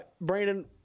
Brandon